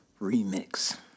Remix